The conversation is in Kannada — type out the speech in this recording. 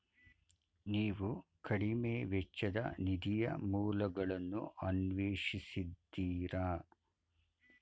ನೀವು ಕಡಿಮೆ ವೆಚ್ಚದ ನಿಧಿಯ ಮೂಲಗಳನ್ನು ಅನ್ವೇಷಿಸಿದ್ದೀರಾ?